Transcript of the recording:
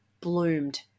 bloomed